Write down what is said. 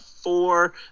four